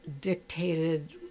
dictated